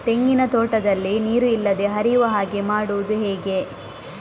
ತೆಂಗಿನ ತೋಟದಲ್ಲಿ ನೀರು ನಿಲ್ಲದೆ ಹರಿಯುವ ಹಾಗೆ ಮಾಡುವುದು ಹೇಗೆ?